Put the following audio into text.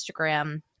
instagram